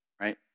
right